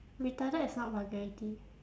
retarded is not vulgarity